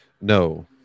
No